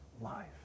life